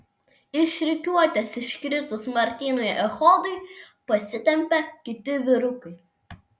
iš rikiuotės iškritus martynui echodui pasitempė kiti vyrukai